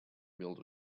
built